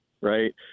right